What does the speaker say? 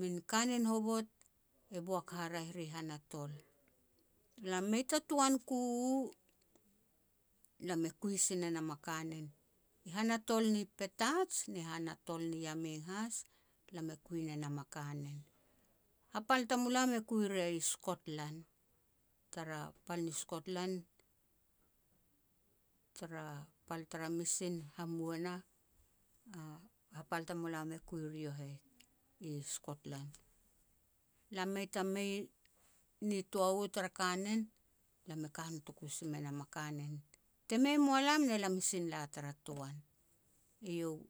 min kanen hovot e boak haraeh ri han a tol. Lam mei ta toan ku u, lam kui si ne nam a kanen i han a tol ni Petats ni han a tol ni Yameng has, lam e kui ne nam a kanen. Hapal tamulam e kui ria i Skotlan, tara pal ni Skotlan, tara pal tara Mission hamua nah, hapal tamulam e kui ria yo heh i Skotlan. Lam mei ta mei nitoa u tara kanen, lam e ka notoku si me nam a kanen. Te mei mua lam ne lam i sin la tara toan. Eiau